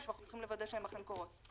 ואנחנו צריכים לוודא שהן אכן קורות.